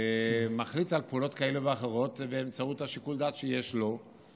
הוא מחליט על פעולות כאלה ואחרות באמצעות שיקול הדעת שיש לו,